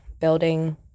building